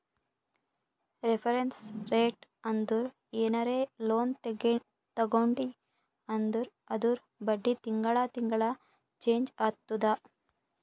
reference rate ಅಂದುರ್ ಏನರೇ loan ತಗೊಂಡಿ ಅಂದುರ್ ಅದೂರ್ ಬಡ್ಡಿ ತಿಂಗಳಾ ತಿಂಗಳಾ ಚೆಂಜ್ ಆತ್ತುದ